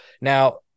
now